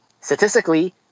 statistically